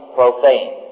profane